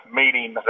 meeting